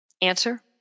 Answer